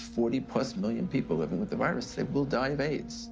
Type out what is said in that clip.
forty plus million people living with the virus it will die of aids